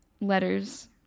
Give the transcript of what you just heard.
letters